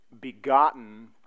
begotten